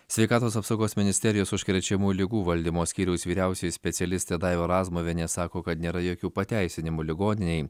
sveikatos apsaugos ministerijos užkrečiamų ligų valdymo skyriaus vyriausioji specialistė daiva razmuvienė sako kad nėra jokių pateisinimų ligoninei